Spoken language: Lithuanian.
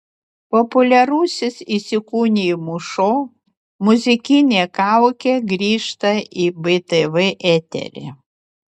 populiarusis įsikūnijimų šou muzikinė kaukė grįžta į btv eterį